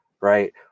right